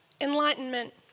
enlightenment